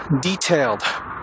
detailed